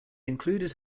included